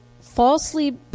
falsely